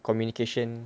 communication